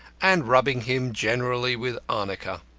and rubbing him generally with arnica.